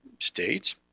States